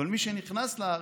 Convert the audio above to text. אבל מי שנכנס לארץ,